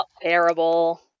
Terrible